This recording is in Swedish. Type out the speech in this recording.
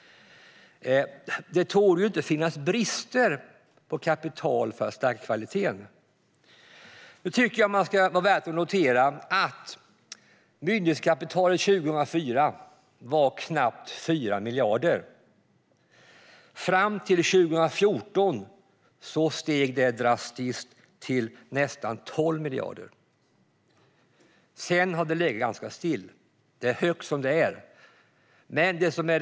Det torde därför inte finnas brist på kapital för att stärka kvaliteten. Det är värt att notera att myndighetskapitalet var knappt 4 miljarder år 2004. Fram till 2014 steg det drastiskt till nästan 12 miljarder. Därefter har det legat ganska stilla. Det är dock högt som det är.